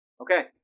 Okay